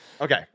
Okay